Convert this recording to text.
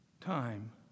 time